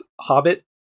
hobbit